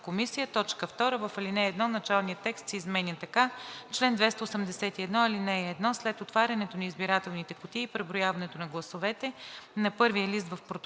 комисия“. 2. В ал. 1 началният текст се изменя така: „Чл. 281. (1) След отварянето на избирателните кутии и преброяването на гласовете на първия лист в протокола